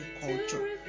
culture